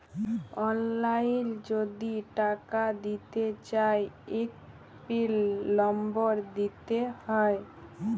অললাইল যদি টাকা দিতে চায় ইক পিল লম্বর দিতে হ্যয়